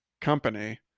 company